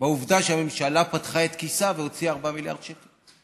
בעובדה שהממשלה פתחה את כיסה והוציאה 4 מיליארד שקלים.